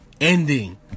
Ending